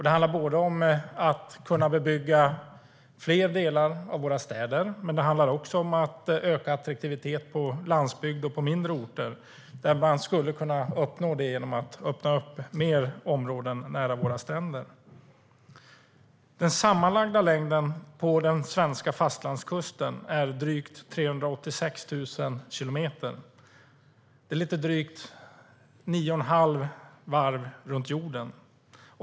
Det handlar både om att kunna bebygga fler delar av våra städer och om att öka attraktiviteten på landsbygden och på mindre orter, där man skulle kunna uppnå det genom att öppna upp fler områden nära stränderna. Den sammanlagda längden på den svenska fastlandskusten är drygt 386 000 kilometer. Det är lite drygt nio och ett halvt varv runt jorden.